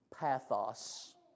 Pathos